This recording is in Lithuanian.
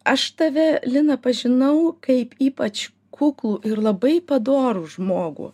aš tave liną pažinau kaip ypač kuklų ir labai padorų žmogų